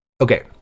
Okay